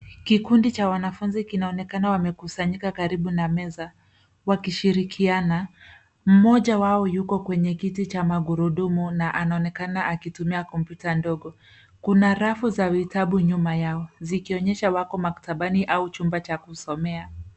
Kikundi cha wanafunzi kinaonekana wamekusanyika karibu na meza wakishirikiana. Mmoja wao yuko kwenye kiti cha magurudumu na anaonekana akitumia kompyuta ndogo. Kuna rafu za vitabu nyuma yao zikionyesha wako maktabani au chumba cha kusomea.